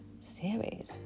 series